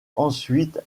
ensuite